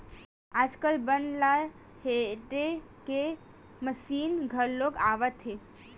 आजकाल बन ल हेरे के मसीन घलो आवत हे